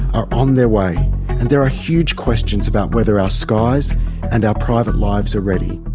are on their way and there are huge questions about whether our skies and our private lives are ready.